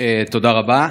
תודה רבה.